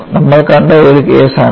നമ്മൾ കണ്ട ഒരു കേസാണിത്